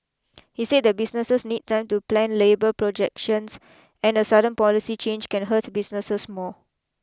he said that businesses need time to plan labour projections and a sudden policy change can hurt businesses more